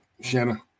Shanna